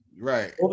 right